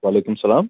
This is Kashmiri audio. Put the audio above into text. وعلیکم سلام